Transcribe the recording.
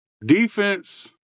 defense